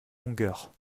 longueur